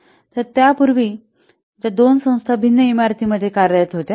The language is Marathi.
तर पूर्वी ज्या दोन संस्था भिन्न इमारती मध्ये कार्यरत होत्या